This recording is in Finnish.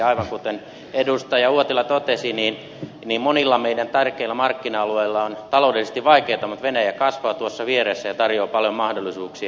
aivan kuten edustaja uotila totesi monilla meidän tärkeillä markkina alueilla on taloudellisesti vaikeaa mutta venäjä kasvaa tuossa vieressä ja tarjoaa paljon mahdollisuuksia